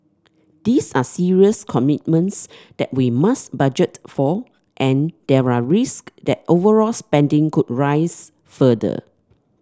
these are serious commitments that we must budget for and there are risk that overall spending could rise further